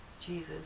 Jesus